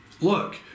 look